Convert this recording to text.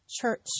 church